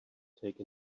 take